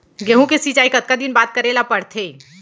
गेहूँ के सिंचाई कतका दिन बाद करे ला पड़थे?